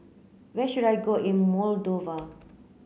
where should I go in Moldova